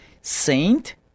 Saint